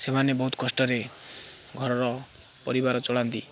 ସେମାନେ ବହୁତ କଷ୍ଟରେ ଘରର ପରିବାର ଚଳାନ୍ତି